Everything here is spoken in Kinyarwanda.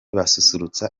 basusurutsa